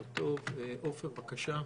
עופר, בבקשה.